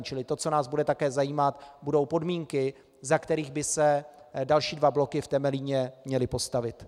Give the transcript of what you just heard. Čili to, co nás také bude zajímat, budou podmínky, za kterých by se další dva bloky v Temelíně měly postavit.